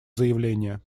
заявления